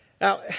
Now